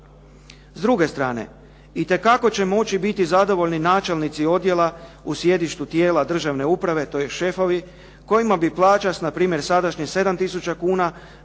S druge strane, itekako će moći biti zadovoljni načelnici odjela u sjedištu tijela državne uprave, tj. šefovi kojima bi plaća sa npr. sa sadašnjih 7 tisuća